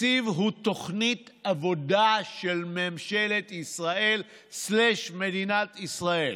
תקציב הוא תוכנית עבודה של ממשלת ישראל/מדינת ישראל.